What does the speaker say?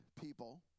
people